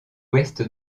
ouest